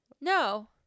No